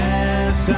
Yes